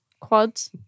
quads